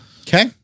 Okay